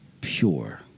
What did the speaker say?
pure